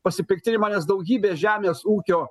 pasipiktinimą nes daugybė žemės ūkio